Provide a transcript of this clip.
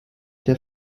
der